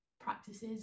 practices